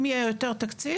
אם יהיה יותר תקציב,